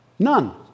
None